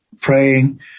praying